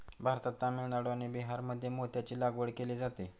भारतात तामिळनाडू आणि बिहारमध्ये मोत्यांची लागवड केली जाते